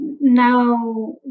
Now